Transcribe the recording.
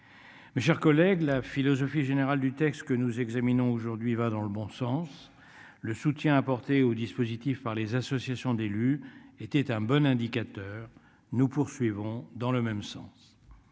Mes chers collègues, la philosophie générale du texte que nous examinons aujourd'hui va dans le bon sens. Le soutien apporté au dispositif par les associations d'élus était un bon indicateur. Nous poursuivons dans le même sens.